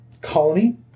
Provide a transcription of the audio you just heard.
colony